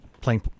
playing